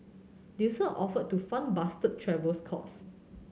they also offered to fund Bastard's travel costs